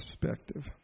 perspective